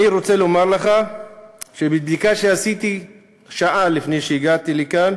אני רוצה לומר לך שמבדיקה שעשיתי שעה לפני שהגעתי לכאן,